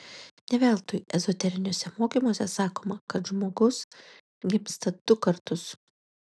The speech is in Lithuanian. ne veltui ezoteriniuose mokymuose sakoma kad žmogus gimsta du kartus